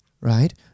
right